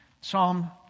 Psalm